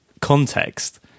context